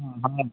ହୁଁ